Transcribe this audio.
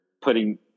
putting